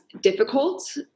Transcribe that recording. difficult